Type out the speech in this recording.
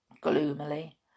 gloomily